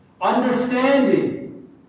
understanding